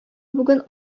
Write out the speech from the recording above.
бүген